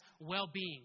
well-being